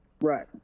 Right